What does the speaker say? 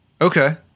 Okay